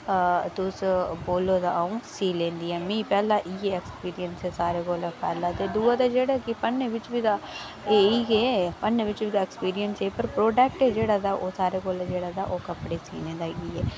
हां तुस बोलो अ'ऊं सी लैन्नी हां मी पैह्लें इ'यै एक्सपिरियंस ऐ सारें कोला पैह्ला दूआ ते जेह्ड़ा पढ़ने बिच बी तां इ'यै ऐ पढ़ने बिच एक्सपिरिंयस ऐ पर प्रोडक्ट जेह्ड़ा ऐ ओह् सारें कोला जेह्ड़ा ओह् कपडे़ सीने दा